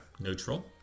neutral